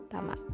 Tama